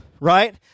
right